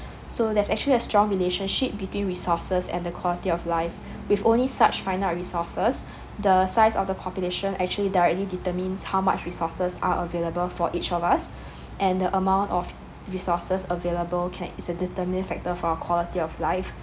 so there's actually a strong relationship between resources and the quality of life with only such finite resources the size of the population actually directly determines how much resources are available for each of us and the amount of resources available can is a determining factor for our quality of life